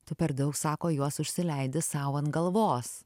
tu per daug sako juos užsileidi sau ant galvos